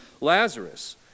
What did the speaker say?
Lazarus